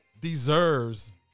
deserves